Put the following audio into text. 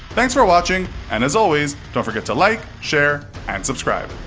thanks for watching and as always, don't forget to like, share and subscribe.